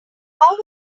how